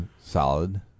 solid